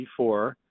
B4